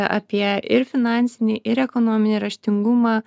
apie ir finansinį ir ekonominį raštingumą